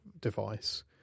device